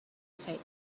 said